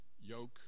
yoke